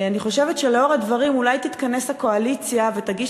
אני חושבת שלנוכח הדברים אולי תתכנס הקואליציה ותגיש